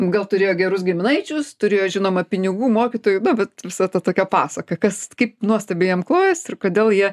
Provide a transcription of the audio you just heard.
gal turėjo gerus giminaičius turėjo žinoma pinigų mokytojų na bet visa ta tokia pasaka kas kaip nuostabiai jiem klojasi ir kodėl jie